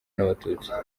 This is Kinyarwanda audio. n’abatutsi